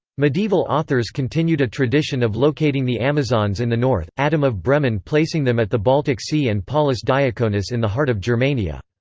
medieval authors continued a tradition of locating the amazons in the north, adam of bremen placing them at the baltic sea and paulus diaconus in the heart of germania.